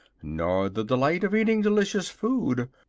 nor the delight of eating delicious food,